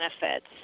benefits